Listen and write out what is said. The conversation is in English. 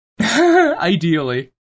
Ideally